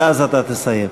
ואז אתה תסיים.